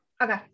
Okay